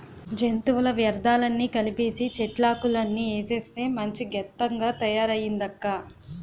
జంతువుల వ్యర్థాలన్నీ కలిపీసీ, చెట్లాకులన్నీ ఏసేస్తే మంచి గెత్తంగా తయారయిందక్కా